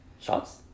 shots